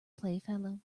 playfellow